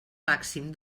màxim